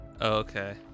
Okay